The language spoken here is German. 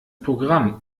programm